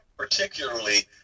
particularly